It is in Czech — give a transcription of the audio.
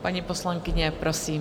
Paní poslankyně, prosím.